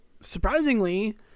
surprisingly